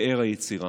פאר היצירה.